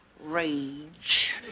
rage